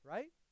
Right